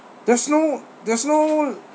there's no there's no